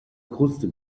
kruste